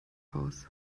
aus